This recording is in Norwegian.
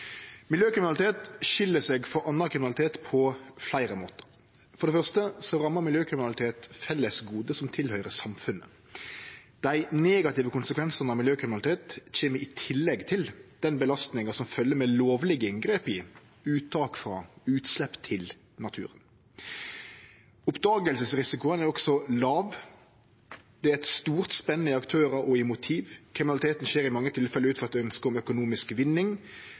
Miljøkriminalitet skil seg frå annan kriminalitet på fleire måtar. For det første rammar miljøkriminalitet fellesgode som tilhøyrer samfunnet. Dei negative konsekvensane av miljøkriminalitet kjem i tillegg til den belastninga som følgjer med lovlege inngrep i, uttak frå og utslepp til naturen. Oppdagingsrisikoen er også låg. Det er eit stort spenn i aktørar og motiv. Kriminaliteten skjer i mange tilfelle ut frå eit ønske om økonomisk vinning,